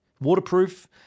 Waterproof